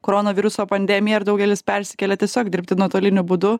koronaviruso pandemija ir daugelis persikėlė tiesiog dirbti nuotoliniu būdu